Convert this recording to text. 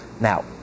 Now